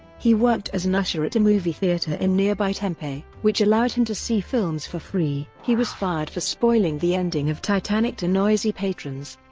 he worked as an usher at a movie theater in nearby tempe, which allowed him to see films for free. he was fired for spoiling the ending of titanic to noisy patrons.